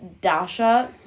Dasha